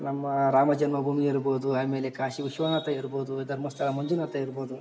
ನಮ್ಮ ರಾಮ ಜನ್ಮಭೂಮಿ ಇರ್ಬೋದು ಆಮೇಲೆ ಕಾಶಿ ವಿಶ್ವನಾಥ ಇರ್ಬೋದು ಧರ್ಮಸ್ಥಳ ಮಂಜುನಾಥ ಇರ್ಬೌದು